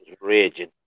raging